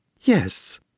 Yes